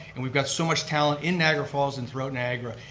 and we've got so much talent in niagara falls and throughout niagara,